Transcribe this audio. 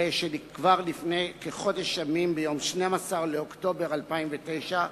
הרי שכבר לפני כחודש ימים, ביום 12 באוקטובר 2009,